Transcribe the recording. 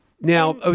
now